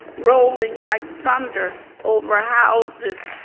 rolling like thunder over houses.